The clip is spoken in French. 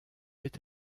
est